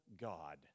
God